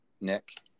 Nick